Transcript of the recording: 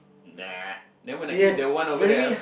nah then when I eat that one over there ah